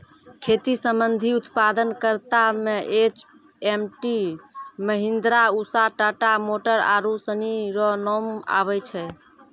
खेती संबंधी उप्तादन करता मे एच.एम.टी, महीन्द्रा, उसा, टाटा मोटर आरु सनी रो नाम आबै छै